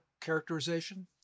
characterization